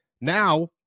Now